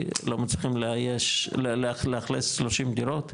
לא מצליחים לאכלס 30 דירות?